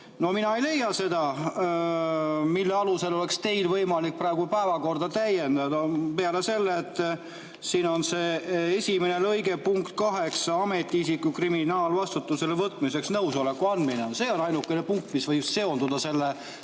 No mina ei leia, mille alusel oleks teil võimalik praegu päevakorda täiendada, peale selle, et siin on lõige 1 punkt 8 "ametiisiku kriminaalvastutusele võtmiseks nõusoleku andmine". See on ainukene punkt, mis võib seonduda tänase